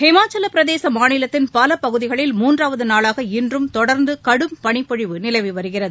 ஹிமாச்சலப் பிரதேச மாநிலத்தின் பல பகுதிகளில் மூன்றாவது நாளாக இன்றும் தொடர்ந்து கடும் பனிப்பொழிவு நிலவி வருகிறது